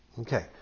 Okay